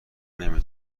نمی